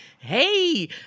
hey